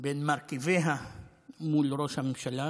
בין מרכיביה לראש הממשלה,